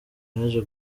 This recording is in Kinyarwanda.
yaje